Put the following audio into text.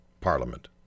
parliament